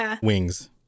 wings